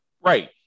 Right